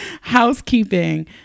Housekeeping